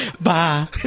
bye